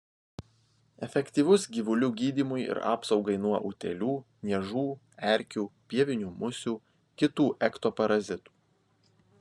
efektyvus gyvulių gydymui ir apsaugai nuo utėlių niežų erkių pievinių musių kitų ektoparazitų